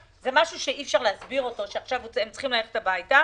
זה דבר שאי אפשר להסביר אותו שעכשיו הם צריכים ללכת הביתה.